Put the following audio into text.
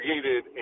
created